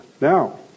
now